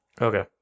Okay